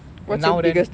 and now then